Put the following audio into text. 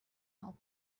help